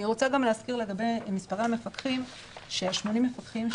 אני רוצה להזכיר גם לגבי מספרי המפקחים ש-80 המפקחים,